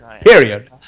Period